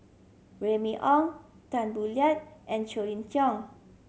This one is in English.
Remy Ong Tan Boo Liat and Colin Cheong